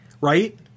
Right